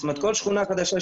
זאת אומרת, כל שכונה שנבנית,